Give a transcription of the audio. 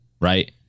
right